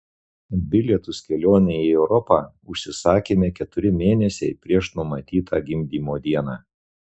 bilietus kelionei į europą užsisakėme keturi mėnesiai prieš numatytą gimdymo dieną